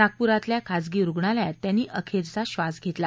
नागपुरातल्या खाजगी रुग्णालयात त्यांनी अखेरचा धास घेतला